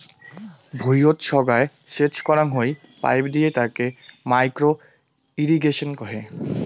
ভুঁইয়ত সোগায় সেচ করাং হই পাইপ দিয়ে তাকে মাইক্রো ইর্রিগেশন কহে